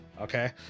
Okay